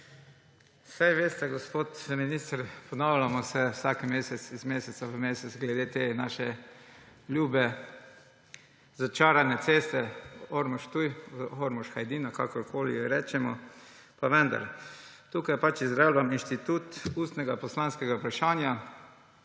Saj veste, gospod minister, ponavljamo se vsak mesec, iz meseca v mesec glede te naše ljube začarane ceste Ormož–Ptuj, Ormož–Hajdina, kakorkoli ji rečemo. Tukaj pač izrabljam inštitut ustnega poslanskega vprašanja,